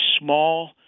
small